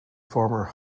former